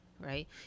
right